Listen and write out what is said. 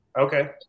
Okay